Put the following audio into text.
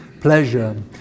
pleasure